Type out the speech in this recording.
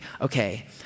okay